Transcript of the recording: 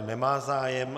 Nemá zájem.